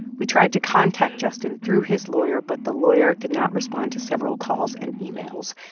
we tried to contact justin through his lawyer, but the lawyer did not respond to several calls and emails.